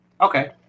Okay